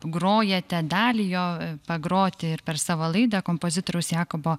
grojate dalį jo pagroti ir per savo laidą kompozitoriaus jakobo